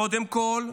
קודם כול,